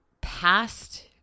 past